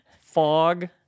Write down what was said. Fog